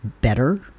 better